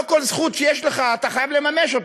לא כל זכות שיש לך אתה חייב לממש,